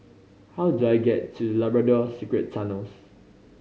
how do I get to Labrador Secret Tunnels